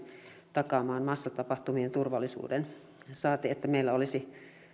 takaamaan massatapahtumien turvallisuuden saati että meillä olisi